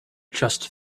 just